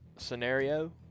scenario